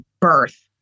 birth